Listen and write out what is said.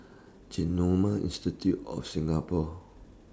Genome Institute of Singapore